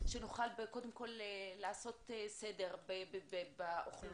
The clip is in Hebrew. שנוכל קודם כל לעשות סדר באוכלוסיות,